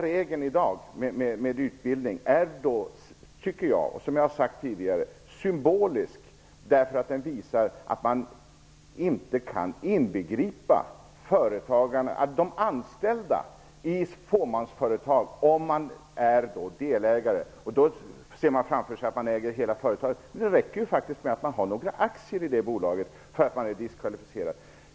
Regeln om utbildning är, som jag tycker och som jag sagt tidigare, symbolisk därför att den visar att man inte kan inbegripa de anställda i fåmansföretag om de är delägare. Man ser framför sig att de äger hela företaget. Men det räcker faktiskt att man har några aktier i bolaget för att vara diskvalificerad.